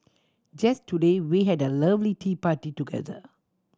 just today we had a lovely tea party together